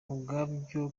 ubwabyo